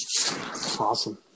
Awesome